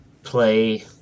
Play